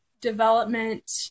development